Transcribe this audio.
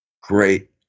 great